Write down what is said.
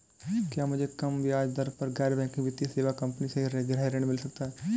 क्या मुझे कम ब्याज दर पर गैर बैंकिंग वित्तीय सेवा कंपनी से गृह ऋण मिल सकता है?